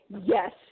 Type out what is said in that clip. yes